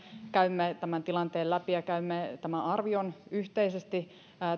käymme tämän tilanteen läpi ja käymme tämän arvion yhteisesti